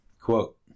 Quote